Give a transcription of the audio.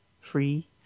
free